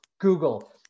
Google